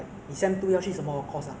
just try my best to get in